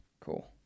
Cool